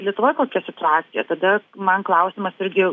lietuvoj kokia situacija tada man klausimas irgi